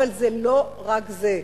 אבל זה לא רק זה.